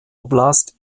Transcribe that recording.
oblast